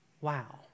Wow